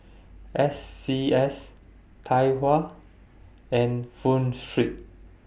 S C S Tai Hua and Pho Street